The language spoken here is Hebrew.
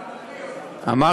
אקריא.